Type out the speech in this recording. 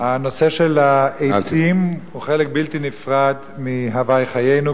הנושא של העצים הוא חלק בלתי נפרד מהווי חיינו,